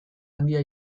handia